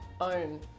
own